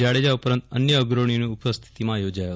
જાડેજા ઉપરાંત અન્ય અગ્રણીઓની ઉપસ્થિતિમાં યોજાયો